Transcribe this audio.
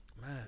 man